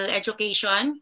education